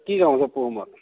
কি পহুমৰাত